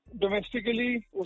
domestically